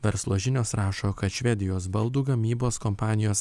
verslo žinios rašo kad švedijos baldų gamybos kompanijos